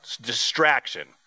Distraction